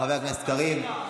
חבר הכנסת קריב.